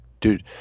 dude